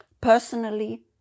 Personally